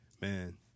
man